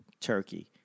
turkey